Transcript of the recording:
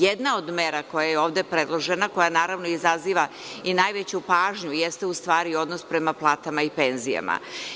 Jedna od mera koja je ovde predložena, koja naravno izaziva i najveću pažnju, jeste u stvari odnos prema platama i penzijama.